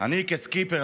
אני סקיפר.